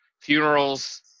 funerals